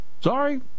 sorry